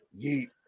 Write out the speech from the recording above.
yeet